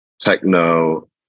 techno